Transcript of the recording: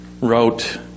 wrote